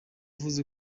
uvuze